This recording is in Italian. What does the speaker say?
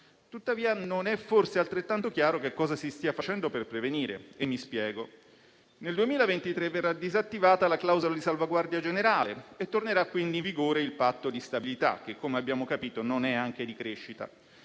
Tuttavia, non è forse altrettanto chiaro che cosa si stia facendo per prevenire. Nel 2023 verrà disattivata la clausola di salvaguardia generale e tornerà, quindi, in vigore il Patto di stabilità, che, come abbiamo capito, non è anche di crescita.